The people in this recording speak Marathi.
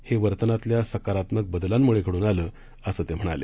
हे वर्तनातल्या सकारात्मक बदलांमुळे घड्न आलं असं ते म्हणाले